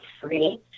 free